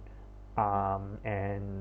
um and